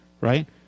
right